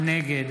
נגד